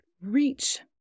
reach